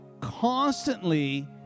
constantly